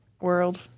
world